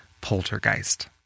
Poltergeist